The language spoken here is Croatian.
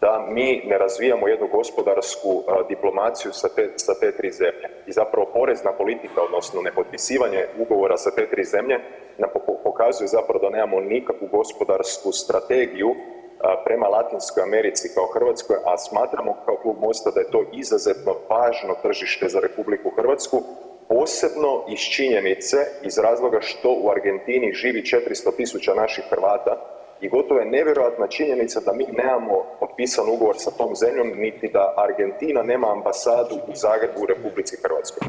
da mi ne razvijamo jednu gospodarsku diplomaciju sa te 3 zemlje i zapravo porez na politike odnosno nepotpisivanje ugovora sa te 3 zemlje … [[Govornik se ne razumije]] pokazuju da zapravo nemamo nikakvu gospodarsku strategiju prema Latinskoj Americi kao Hrvatskoj, a smatramo kao Klub MOST-a da je to izuzetno važno tržište za RH, posebno iz činjenice, iz razloga što u Argentini živi 400 000 naših Hrvata je gotovo nevjerojatna činjenica da mi nemamo potpisan ugovor sa tom zemljom, niti da Argentina nema ambasadu u Zagrebu u RH.